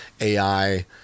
AI